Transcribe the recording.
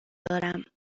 دارم